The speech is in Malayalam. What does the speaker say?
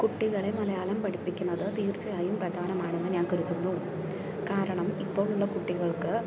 കുട്ടികളെ മലയാളം പഠിപ്പിക്കുന്നത് തീർച്ചയായും പ്രധാനമാണെന്ന് ഞാൻ കരുതുന്നു കാരണം ഇപ്പോൾ ഉള്ള കുട്ടികൾക്ക്